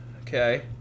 Okay